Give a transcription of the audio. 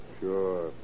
Sure